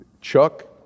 Chuck